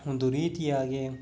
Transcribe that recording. ಒಂದು ರೀತಿಯಾಗಿ